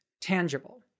tangible